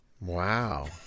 Wow